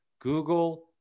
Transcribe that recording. google